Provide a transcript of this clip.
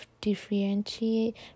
differentiate